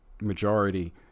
majority